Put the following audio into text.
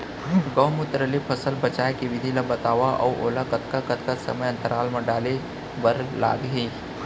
गौमूत्र ले फसल बचाए के विधि ला बतावव अऊ ओला कतका कतका समय अंतराल मा डाले बर लागही?